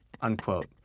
unquote